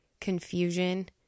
confusion